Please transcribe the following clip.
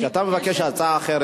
כשאתה מבקש הצעה אחרת,